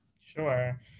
Sure